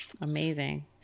Amazing